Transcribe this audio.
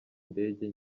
ndege